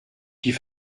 die